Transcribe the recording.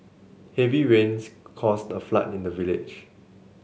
heavy rains caused a flood in the village